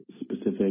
specific